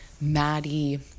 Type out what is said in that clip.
Maddie